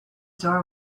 door